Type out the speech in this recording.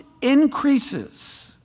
increases